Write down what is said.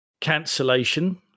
cancellation